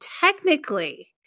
technically